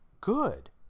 good